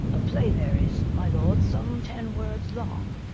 a play there is, my lord, some ten words long,